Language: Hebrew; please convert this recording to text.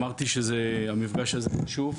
המפגש הזה חשוב.